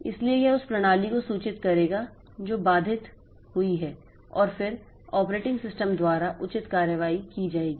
इसलिए यह उस प्रणाली को सूचित करेगा जो बाधित हुई है और फिर ऑपरेटिंग सिस्टम द्वारा उचित कार्रवाई की जाएगी